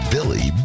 Billy